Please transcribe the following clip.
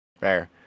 Fair